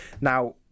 Now